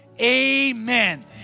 Amen